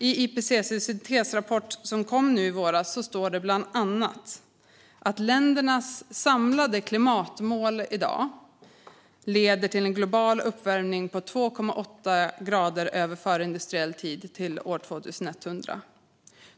I IPCC:s syntesrapport, som kom i våras, står det bland annat att ländernas samlade klimatmål i dag leder till en global uppvärmning med 2,8 grader över förindustriell tid till år 2100.